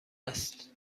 است